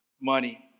money